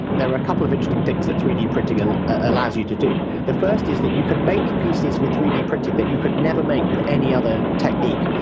there are a couple of interesting things that three d printing ah allows you to do. the first is that you can make pieces with three d printing that you could never make with any other technique,